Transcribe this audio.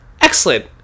excellent